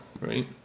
right